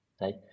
right